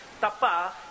Tapa